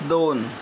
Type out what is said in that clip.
दोन